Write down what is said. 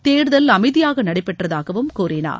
தேர்தல் அமைதியாக நடைபெற்றதாகவும் கூறினார்